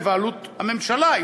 בבעלות הממשלה,